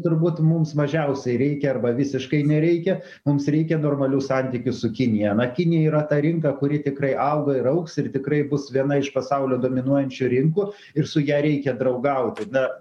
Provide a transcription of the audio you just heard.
turbūt mums mažiausiai reikia arba visiškai nereikia mums reikia normalių santykių su kinija na kinija yra ta rinka kuri tikrai auga ir augs ir tikrai bus viena iš pasaulio dominuojančių rinkų ir su ja reikia draugauti na